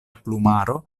plumaro